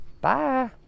Bye